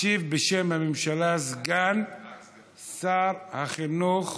ישיב בשם הממשלה סגן שר החינוך